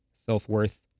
Self-worth